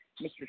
Mr